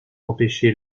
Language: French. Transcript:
empêché